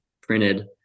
printed